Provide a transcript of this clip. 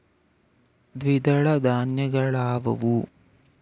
ದ್ವಿದಳ ಧಾನ್ಯಗಳಾವುವು?